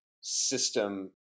system